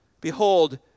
Behold